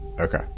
Okay